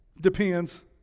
Depends